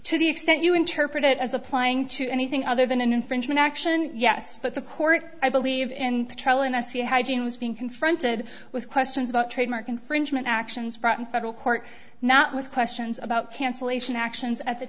to the extent you interpret it as applying to anything other than an infringement action yes but the court i believe in the trial and i see hygiene was being confronted with questions about trademark infringement actions brought in federal court not with questions about cancellation actions at the